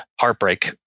heartbreak